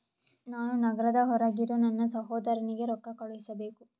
ನಾನು ನಗರದ ಹೊರಗಿರೋ ನನ್ನ ಸಹೋದರನಿಗೆ ರೊಕ್ಕ ಕಳುಹಿಸಬೇಕು